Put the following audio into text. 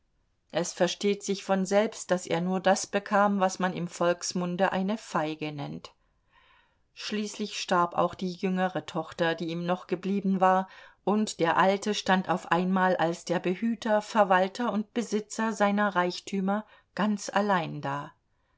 es versteht sich von selbst daß er nur das bekam was man im volksmunde eine feige nennt schließlich starb auch die jüngere tochter die ihm noch geblieben war und der alte stand auf einmal als der behüter verwalter und besitzer seiner reichtümer ganz allein da